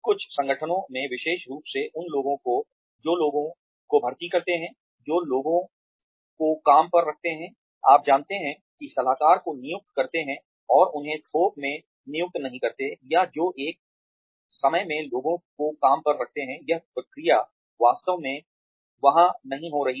कुछ संगठनों में विशेष रूप से उन लोगों को जो लोगों को भर्ती करते हैं जो लोगों को काम पर रखते हैं आप जानते हैं कि सलाहकार को नियुक्त करते हैं और उन्हें थोक में नियुक्त नहीं करते हैं या जो एक समय में लोगों को काम पर रखते हैं यह प्रक्रिया वास्तव में वहां नहीं हो रही है